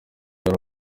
yari